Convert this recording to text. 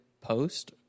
post